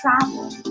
travel